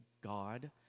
God